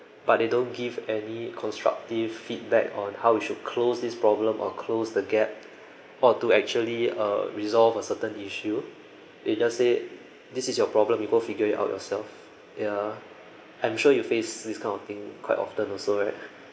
but they don't give any constructive feedback on how we should close this problem or close the gap or to actually uh resolve a certain issue they just said this is your problem you go figure it out yourself yeah I'm sure you face this kind of thing quite often also right